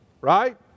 Right